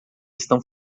estão